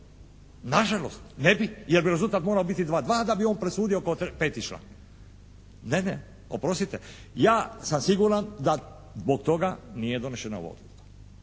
Nažalost ne bi jer bi rezultat morao biti 2:2, a da bi on presudio kao peti član. Ne, ne, oprostite. Ja sam siguran da zbog toga nije donešena ova odluka.